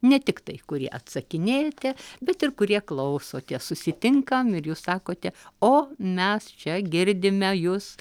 ne tiktai kurie atsakinėjate bet ir kurie klauso tie susitinkam ir jūs sakote o mes čia girdime jus